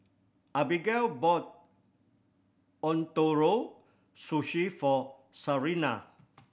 Abagail bought Ootoro Sushi for Sarina